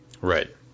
Right